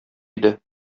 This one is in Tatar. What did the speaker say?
иде